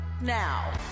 now